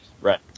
Right